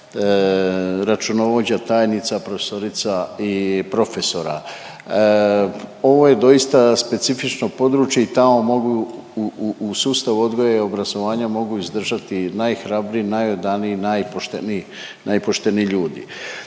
računovođa, tajnica, profesorica i profesora. Ovo je doista specifično područje i tamo mogu u sustavu odgoja i obrazovanja mogu izdržati najhrabriji, najodaniji i najpošteniji,